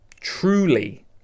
truly